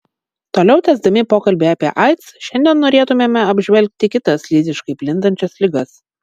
toliau tęsdami pokalbį apie aids šiandien norėtumėme apžvelgti kitas lytiškai plintančias ligas